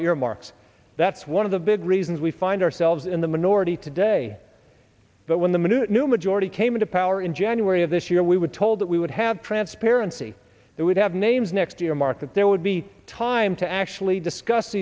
earmarks that's one of the big reasons we find ourselves in the minority today but when the minute new majority came into power in january of this year we were told that we would have transparency that would have names next earmark that there would be time to actually discuss